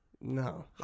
No